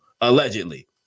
allegedly